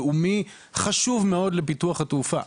הם אמרו שהם יגיעו להבנות והם יחזרו עם תוכנית חדשה,